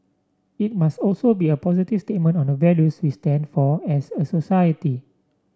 it must also be a positive statement on the values we stand for as a society